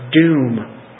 doom